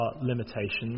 limitations